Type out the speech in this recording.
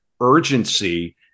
urgency